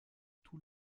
tout